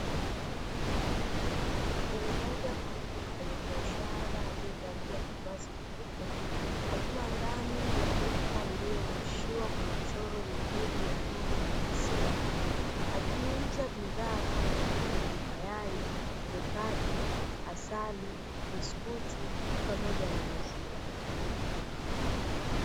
Mwanadada mfanyabiashara aliyevalia mavazi ya miupe akiwa kwa ndani ya duka lilio nakishiwa kwa michoro mizuri ya ng'ombe na maziwa akiuza bidhaa kama vile: mayai, mikate, asali, biskuti pamoja na maziwa.